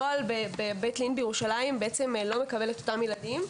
הנוהל בבית לין בירושלים לא מקבל את אותם ילדים,